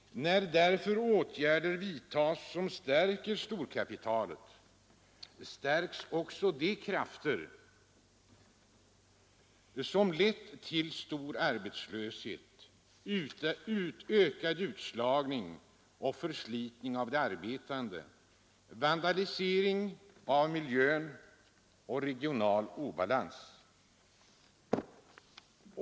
När därför åtgärder vidtas som stärker storkapitalet, så stärks också de krafter som har lett till stor arbetslöshet, ökad utslagning och förslitning av de arbetande, vandalisering av miljön samt regional obalans.